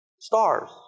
Stars